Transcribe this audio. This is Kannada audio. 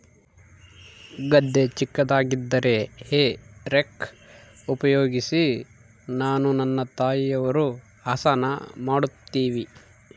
ಗದ್ದೆ ಚಿಕ್ಕದಾಗಿದ್ದರೆ ಹೇ ರೇಕ್ ಉಪಯೋಗಿಸಿ ನಾನು ನನ್ನ ತಾಯಿಯವರು ಹಸನ ಮಾಡುತ್ತಿವಿ